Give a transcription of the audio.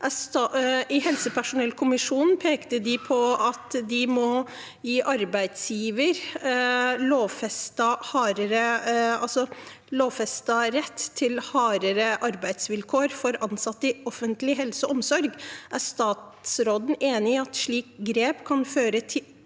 I helsepersonellkommisjonen pekte de på at en må gi arbeidsgiver lovfestet rett til hardere arbeidsvilkår for ansatte i offentlig helse og omsorg. Er statsråden enig i at et slikt grep kan føre til